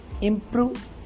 improve